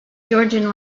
georgian